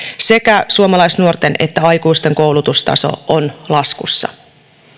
sekä suomalaisnuorten että aikuisten koulutustaso on laskussa